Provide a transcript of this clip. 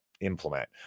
implement